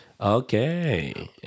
Okay